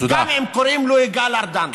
גם אם קוראים לו גלעד ארדן.